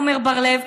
עמר בר-לב,